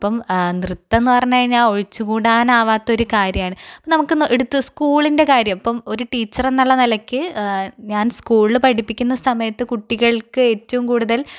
അപ്പം നൃത്തം എന്ന് പറഞ്ഞു കഴിഞ്ഞാൽ ഒഴിച്ചുകൂടാനാവാത്ത ഒരു കാര്യമാണ് നമുക്ക് എടുത്ത് സ്കൂളിൻറെ കാര്യം ഇപ്പം ഒരു ടീച്ചർ എന്നുള്ള നിലയ്ക്ക് ഞാൻ സ്കൂളിള് പഠിപ്പിക്കുന്ന സമയത്ത്കുട്ടികൾക്ക് ഏറ്റവും കൂടുതൽ